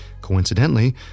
Coincidentally